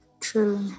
true